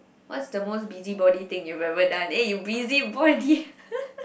what's the most busybody thing you ever done eh you busybody